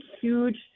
huge